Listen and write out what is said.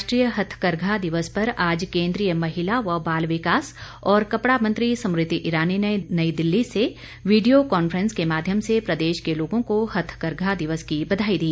राष्ट्रीय हथकरघा दिवस पर आज केन्द्रीय महिला व बाल विकास और कपड़ा मंत्री स्मृति ईरानी ने नई दिल्ली से वीडियो कॉन्फ्रेंस के माध्यम से प्रदेश के लोगों को हथकरघा दिवस की बधाई दी